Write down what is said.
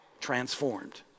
transformed